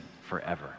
forever